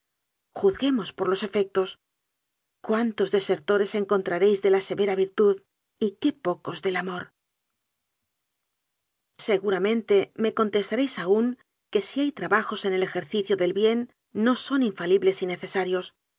juzguemos por los efectos cuán tos desertores encontraréis de la severa virtud y qué pocos del amor seguramente me contestaréis aún que si hay trabajos en el ejercicio del bien no son infalibles